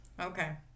okay